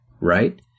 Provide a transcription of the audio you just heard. right